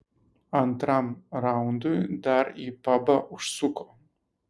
antram raundui dar į pabą užsuko